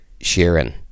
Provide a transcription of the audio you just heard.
Sheeran